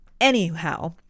Anyhow